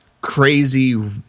crazy